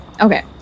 Okay